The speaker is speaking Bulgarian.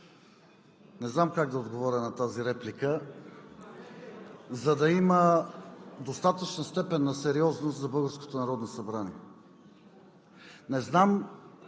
Не знам как да отговоря на тази реплика, за да има достатъчна степен на сериозност за българското